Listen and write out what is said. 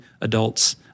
adults